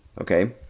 okay